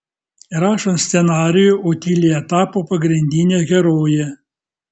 rašant scenarijų otilija tapo pagrindine heroje